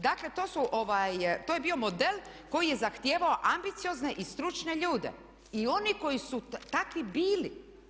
Dakle to su, to je bio model koji je zahtijevao ambiciozne i stručne ljude i oni koji su takvi bili.